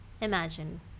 imagine